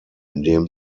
indem